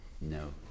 No